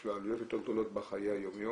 לו עלויות יותר גדולות בחיי היום יום,